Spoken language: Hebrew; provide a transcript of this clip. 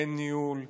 אין ניהול,